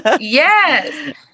Yes